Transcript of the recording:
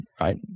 right